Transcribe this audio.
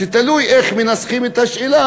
שתלוי איך מנסחים את השאלה,